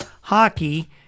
hockey